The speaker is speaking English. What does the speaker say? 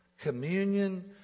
Communion